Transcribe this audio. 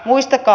muistakaa